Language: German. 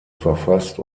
verfasst